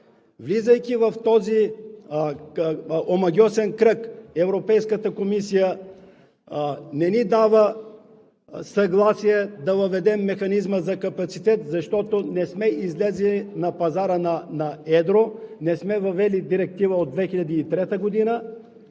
влизайки в този омагьосан кръг, Европейската комисия не ни дава съгласие да въведем Механизма за капацитет, защото не сме излезли на пазара на едро, не сме въвели Директивата от 2003 г.